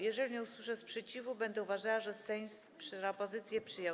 Jeżeli nie usłyszę sprzeciwu, będę uważała, że Sejm propozycje przyjął.